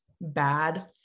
bad